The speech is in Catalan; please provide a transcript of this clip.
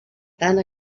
tant